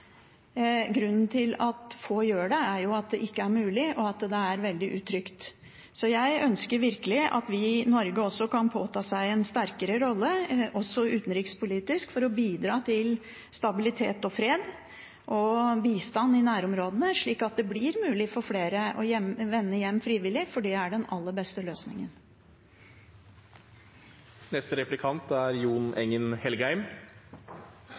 Grunnen til at få gjør det, er jo at det ikke er mulig, og at det er veldig utrygt. Så jeg ønsker virkelig at vi i Norge kan påta oss en sterkere rolle, også utenrikspolitisk, for å bidra til stabilitet og fred og gi bistand i nærområdene, slik at det blir mulig for flere å vende hjem frivillig, for det er den aller beste løsningen.